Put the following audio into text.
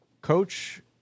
coach